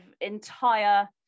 entire